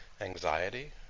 anxiety